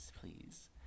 please